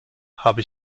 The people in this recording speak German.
habe